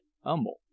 humble